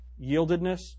yieldedness